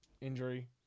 injury